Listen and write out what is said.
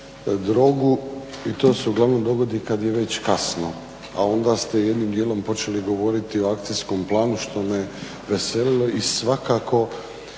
i to se uglavnom dogodi kad je već kasno, a onda ste jednim dijelom počeli govoriti o akcijskom planu što me veselilo i svakako